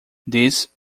these